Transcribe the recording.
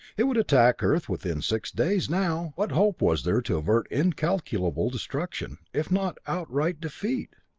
it would attack earth within six days now! what hope was there to avert incalculable destruction if not outright defeat?